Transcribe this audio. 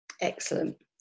Excellent